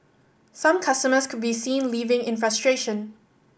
some customers could be seen leaving in frustration